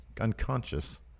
unconscious